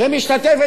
שמשתתפת,